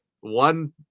one